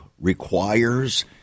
requires